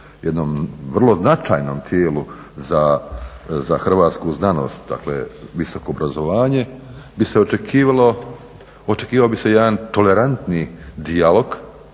jednom vrlo značajnom tijelu za hrvatsku znanost. Dakle, visoko obrazovanje bi se očekivalo, očekivao bi se jedan tolerantni dijalog,